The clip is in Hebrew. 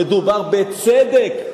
מדובר בצדק.